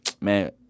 man